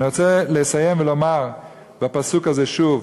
אני רוצה לסיים בפסוק הזה שוב: